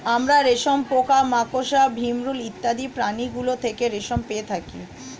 আমরা রেশম পোকা, মাকড়সা, ভিমরূল ইত্যাদি প্রাণীগুলো থেকে রেশম পেয়ে থাকি